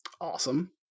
Awesome